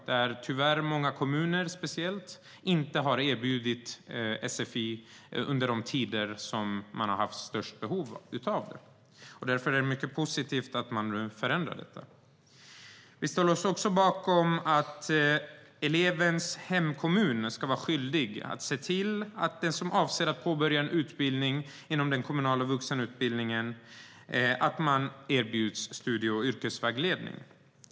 Tyvärr har många kommuner inte erbjudit sfi under tider då det har funnits störst behov av det. Därför är det mycket positivt att det förändras. Vi ställer oss också bakom att elevens hemkommun ska vara skyldig att se till att den som avser att påbörja en utbildning inom kommunal vuxenutbildning erbjuds studie och yrkesvägledning.